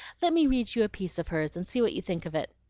let me read you a piece of hers and see what you think of it.